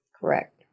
Correct